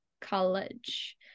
college